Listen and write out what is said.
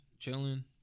Chilling